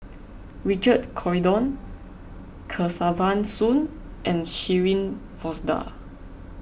Richard Corridon Kesavan Soon and Shirin Fozdar